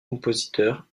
compositeur